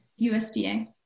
USDA